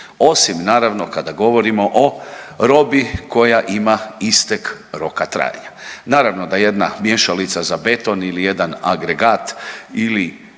osim naravno kada govorimo o robi koja ima istek roka trajanja. Naravno da jedna mješalica za beton ili jedan agregat ili